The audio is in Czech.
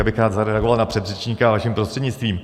Rád bych zareagoval na předřečníka vaším prostřednictvím.